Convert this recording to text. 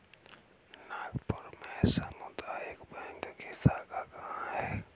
नागपुर में सामुदायिक बैंक की शाखा कहाँ है?